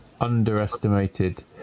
underestimated